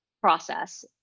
process